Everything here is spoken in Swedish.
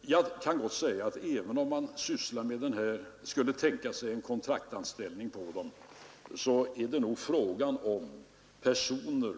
Jag kan gott säga att även om man skulle tänka sig en kontraktsanställning för dem, så är det fråga om personer